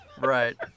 Right